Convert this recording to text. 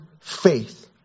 faith